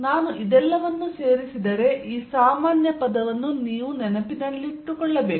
ನಾನು ಇದೆಲ್ಲವನ್ನೂ ಸೇರಿಸಿದರೆ ಈ ಸಾಮಾನ್ಯ ಪದವನ್ನು ನೀವು ನೆನಪಿಟ್ಟುಕೊಳ್ಳಬೇಕು